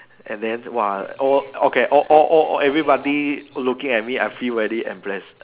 and then !wah! all okay all all all everybody looking at me I feel very embarrass